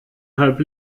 halb